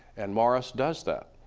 and morris does that